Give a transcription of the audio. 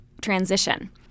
transition